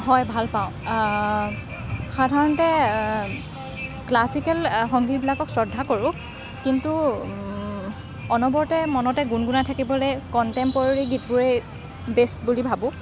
হয় ভাল পাওঁ সাধাৰণতে ক্লাছিকেল সংগীতবিলাকক শ্ৰদ্ধা কৰোঁ কিন্তু অনবৰতে মনতে গুণগুণাই থাকিবলৈ কনটেম্পৰৰী গীতবোৰেই বেষ্ট বুলি ভাবোঁ